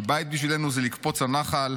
כי בית בשבילנו זה לקפוץ לנחל,